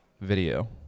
video